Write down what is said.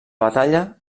batalla